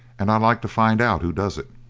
and i'd like to find out who does it.